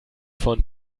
von